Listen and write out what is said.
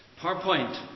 PowerPoint